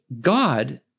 God